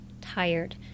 tired